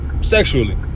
sexually